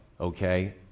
okay